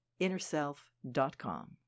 InnerSelf.com